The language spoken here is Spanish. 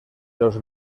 los